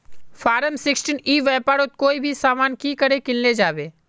Form sixteen ई व्यापारोत कोई भी सामान की करे किनले जाबे?